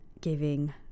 giving